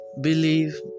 believe